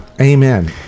Amen